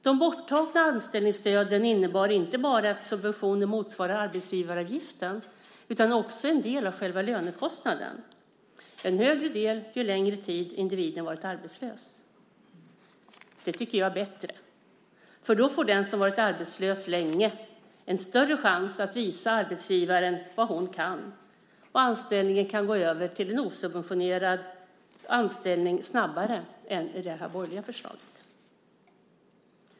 De borttagna anställningsstöden innebar att subventionen motsvarade inte bara arbetsgivaravgiften utan också en del av själva lönekostnaden - en högre del ju längre tid individen varit arbetslös. Det tycker jag är bättre, för då får den som varit arbetslös länge en större chans att visa arbetsgivaren vad hon kan, och anställningen kan gå över till en osubventionerad anställning snabbare än med det borgerliga förslaget.